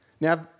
Now